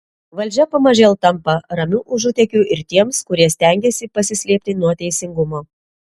valdžia pamažėl tampa ramiu užutėkiu ir tiems kurie stengiasi pasislėpti nuo teisingumo